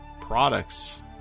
products